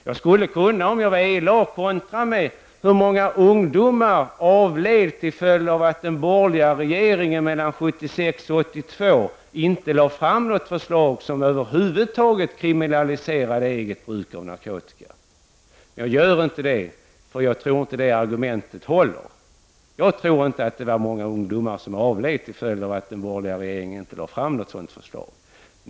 Jag skulle kunna vara elak och kontra med frågan: Hur många ungdomar var det inte som avled till följd av att den borgerliga regeringen under åren 1976-1982 inte lade fram något förslag över huvud taget som innebar att eget bruk av narkotika kriminaliserades? Jag ställer emellertid inte den frågan. Jag tror nämligen inte att det här argumentet håller, eftersom det nog inte var så många ungdomar som avled till följd av att den borgerliga regeringen inte lade fram ett förslag av nämnda slag.